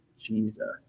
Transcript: Jesus